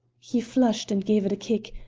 he flushed and gave it a kick,